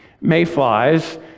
Mayflies